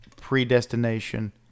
predestination